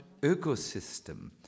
ecosystem